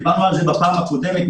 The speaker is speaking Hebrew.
דיברנו על זה בפעם הקודמת,